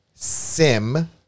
sim